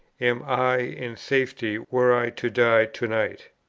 am i in safety, were i to die to-night?